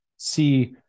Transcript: see